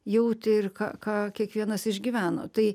jautė ir ką kiekvienas išgyveno tai